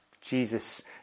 Jesus